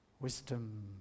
wisdom